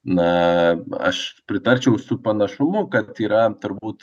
na aš pritarčiau su panašumu kad yra turbūt